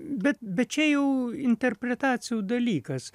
bet bet čia jau interpretacijų dalykas